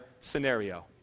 scenario